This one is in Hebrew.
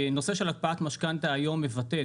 נושא של הקפאת משכנתא היום מבטא,